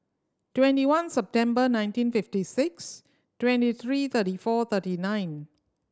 twenty one September nineteen fifty six twenty three thirty four thirty nine